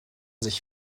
sich